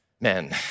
men